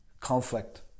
conflict